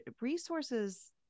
resources